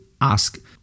ask